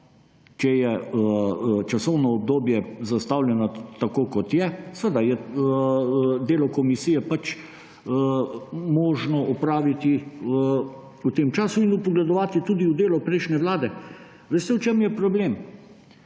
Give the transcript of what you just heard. če je časovno obdobje zastavljeno tako, kot je, je delo komisije pač možno opraviti v tem času in vpogledovati tudi v delo prejšnje vlade. Veste, v čem je problem?